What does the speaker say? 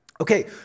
Okay